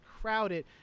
crowded